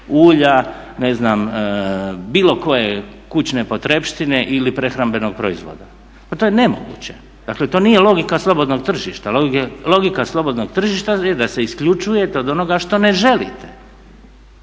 ulja, ne znam bilo koje kućne potrepštine ili prehrambenog proizvoda, pa to je nemoguće. Dakle to nije logika slobodnog tržišta, logika slobodnog tržišta je da se isključujete od onoga što ne želite.